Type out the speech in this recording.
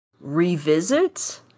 revisit